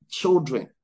children